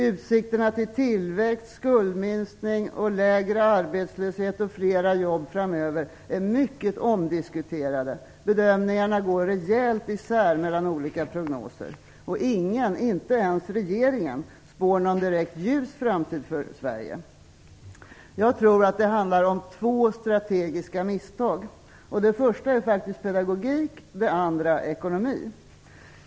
Utsikterna till tillväxt, skuldminskning och lägre arbetslöshet och flera jobb framöver är mycket omdiskuterade. Bedömningarna går rejält isär i olika prognoser. Ingen, inte ens regeringen, spår någon direkt ljus framtid för Sverige. Jag tror att det handlar om två strategiska misstag. Det första gäller faktiskt pedagogik, det andra ekonomi.